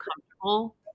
comfortable